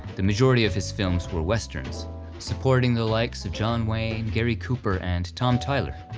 the majority of his films were westerns supporting the likes of john wayne, gary cooper, and tom tyler,